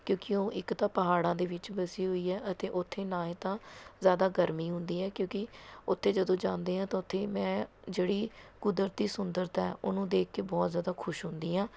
ਕਿਉਂਕਿ ਉਹ ਇੱਕ ਤਾਂ ਪਹਾੜਾਂ ਦੇ ਵਿੱਚ ਵਸੀ ਹੋਈ ਹੈ ਅਤੇ ਉੱਥੇ ਨਾ ਤਾਂ ਜ਼ਿਆਦਾ ਗਰਮੀ ਹੁੰਦੀ ਹੈ ਕਿਉਂਕਿ ਉੱਥੇ ਜਦੋਂ ਜਾਂਦੇ ਹਾਂ ਤਾਂ ਉੱਥੇ ਮੈਂ ਜਿਹੜੀ ਕੁਦਰਤੀ ਸੁੰਦਰਤਾ ਉਹਨੂੰ ਦੇਖ ਕੇ ਬਹੁਤ ਜ਼ਿਆਦਾ ਖੁਸ਼ ਹੁੰਦੀ ਹਾਂ